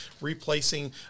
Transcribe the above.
replacing